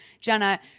jenna